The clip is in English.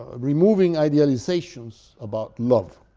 ah removing idealizations about love.